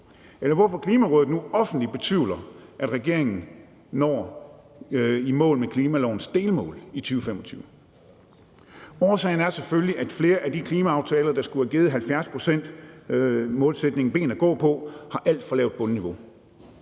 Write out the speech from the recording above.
eller hvorfor Klimarådet nu offentligt betvivler, at regeringen når i mål med klimalovens delmål i 2025. Årsagen er selvfølgelig, at flere af de klimaaftaler, der skulle have givet 70-procentsmålsætningen ben at gå på, har et alt for lavt bundniveau.